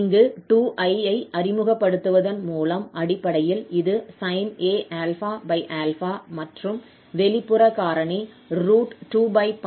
இங்கு 2𝑖 ஐ அறிமுகப்படுத்துவதன் மூலம் அடிப்படையில் இது sin a∝ மற்றும் வெளிப்புற காரணி 2அல்லது 22π உள்ளது